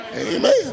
Amen